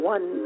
One